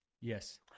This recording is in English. Yes